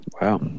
Wow